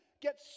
get